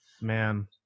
Man